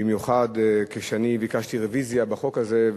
במיוחד כשאני ביקשתי רוויזיה בחוק הזה,